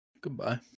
Goodbye